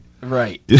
Right